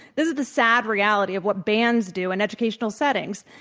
this is a sad reality of what bans do in educational settings.